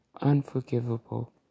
unforgivable